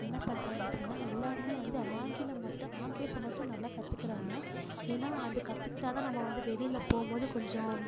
என்ன பண்ணுறாங்க அப்படினால் எல்லாேருமே வந்து ஆங்கிலம் மட்டும் ஆங்கிலத்தை மட்டும் நல்லா கற்றுக்குறாங்க ஏன்னால் அது கற்றுக்கிட்டா தான் நம்ம வந்து வெளியில் போகும்போது கொஞ்சம்